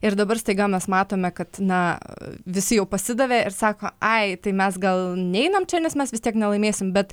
ir dabar staiga mes matome kad na visi jau pasidavė ir sako ai tai mes gal neinam čia nes mes vis tiek nelaimėsim bet